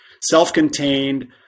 self-contained